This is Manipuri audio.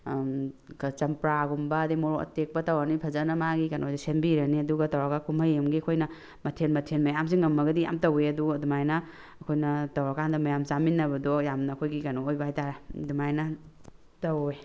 ꯆꯝꯄ꯭ꯔꯥꯒꯨꯝꯕ ꯑꯗꯒꯤ ꯃꯣꯔꯣꯛ ꯑꯇꯦꯛꯄ ꯇꯧꯔꯅꯤ ꯐꯖꯅ ꯃꯥꯒꯤ ꯀꯩꯅꯣꯁꯦ ꯁꯦꯝꯕꯤꯔꯅꯤ ꯑꯗꯨꯒ ꯇꯧꯔꯒ ꯀꯨꯝꯍꯩ ꯑꯃꯒꯤ ꯑꯩꯈꯣꯏꯅ ꯃꯊꯦꯟ ꯃꯊꯦꯟ ꯃꯌꯥꯝꯁꯤ ꯉꯝꯃꯒꯗꯤ ꯃꯌꯥꯝ ꯇꯧꯋꯦ ꯑꯗꯨꯒ ꯑꯗꯨꯃꯥꯏꯅ ꯑꯩꯈꯣꯏꯅ ꯇꯧꯔꯀꯥꯟꯗ ꯃꯌꯥꯝ ꯆꯥꯃꯤꯟꯅꯕꯗꯣ ꯌꯥꯝꯅ ꯑꯩꯈꯣꯏꯒꯤ ꯀꯩꯅꯣ ꯑꯣꯏꯕ ꯍꯥꯏꯕꯇꯥꯔꯦ ꯑꯗꯨꯃꯥꯏꯅ ꯇꯧꯋꯦ